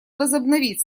возобновить